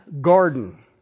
garden